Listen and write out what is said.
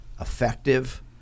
effective